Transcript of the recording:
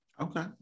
okay